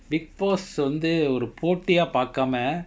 big boss வந்து ஒரு போட்டியா பாக்காம:vanthu oru pottiya paakama